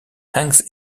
hangs